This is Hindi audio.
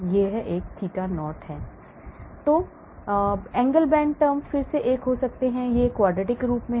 यह theta Knot है Angle bend term फिर से आप एक हो सकते हैं यह quadratic रूप है